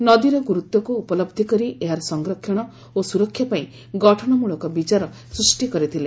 ନଦୀର ଗୁରୁତ୍ୱକୁ ଉପଲହି କରି ଏହାର ସଂରକ୍ଷଣ ଓ ସୁରକ୍ଷା ପାଇଁ ଗଠନମୂଳକ ବିଚାର ସୃଷ୍ଟି କରିଥିଲେ